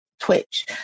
Twitch